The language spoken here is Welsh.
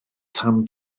tan